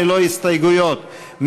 ללא הסתייגויות.